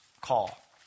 call